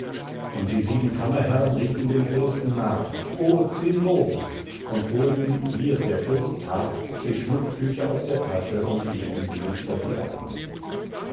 und die sieben kammerherrn riefen dem fürsten nach o zinnober und holten wie es der fürst tat die schnupftücher aus der tasche und hielten sie sich vor die augen